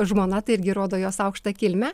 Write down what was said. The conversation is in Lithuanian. žmona tai irgi rodo jos aukštą kilmę